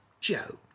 Joe